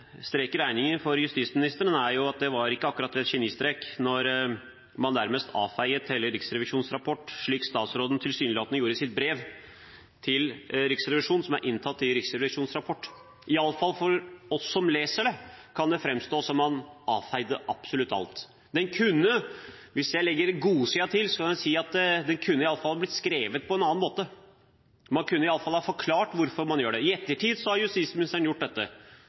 i regningen for justisministeren at det ikke akkurat var en genistrek nærmest å avfeie hele Riksrevisjonens rapport, slik statsråden tilsynelatende gjorde i sitt brev til Riksrevisjonen, som er inntatt i Riksrevisjonens rapport. I alle fall for oss som leser det, kan det framstå som om man avfeide absolutt alt. Hvis jeg legger godsida til, kan jeg si at den i alle fall kunne vært skrevet på en annen måte. Man kunne i alle fall forklart hvorfor man gjorde det. I ettertid har justisministeren gjort dette,